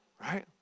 Right